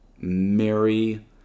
Mary